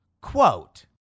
Quote